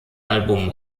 album